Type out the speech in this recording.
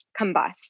combust